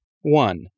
One